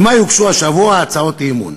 על מה יוצעו השבוע הצעות אי-אמון?